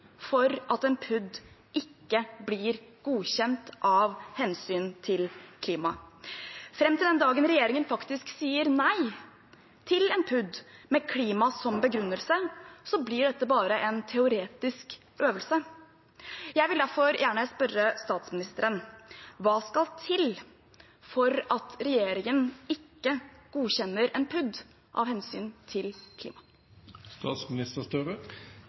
for at en PUD ikke blir godkjent av hensyn til klimaet. Fram til den dagen regjeringen faktisk sier nei til en PUD med klima som begrunnelse, blir dette bare en teoretisk øvelse. Jeg vil derfor gjerne spørre statsministeren: Hva skal til for at regjeringen ikke godkjenner en PUD av hensyn til